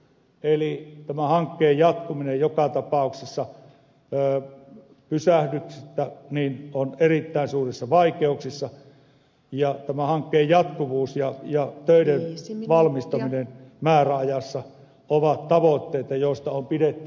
eli tämän hankkeen jatkuminen on joka tapauksessa erittäin suurissa vaikeuksissa ja tämän hankkeen jatkuvuus ja töiden valmistaminen määräajassa ovat tavoitteita joista on pidettävä kiinni